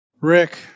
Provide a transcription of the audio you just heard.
Rick